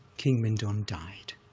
king mindon died,